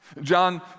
John